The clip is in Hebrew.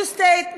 two states,